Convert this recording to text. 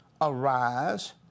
arise